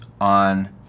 on